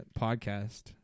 podcast